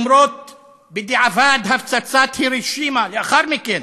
למרות הפצצת הירושימה לאחר מכן,